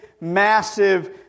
massive